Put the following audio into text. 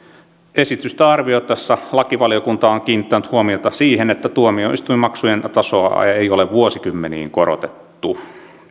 esitystä arvioitaessa lakivaliokunta on kiinnittänyt huomiota siihen että tuomioistuinmaksujen tasoa ei ole vuosikymmeniin korotettu